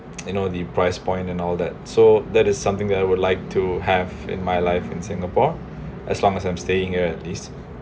you know the price point and all that so that is something that I would like to have in my life in singapore as long as I'm staying at this